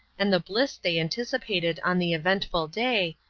and the bliss they anticipated on the eventful day,